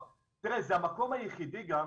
תראה, זה גם המקום היחידי גם,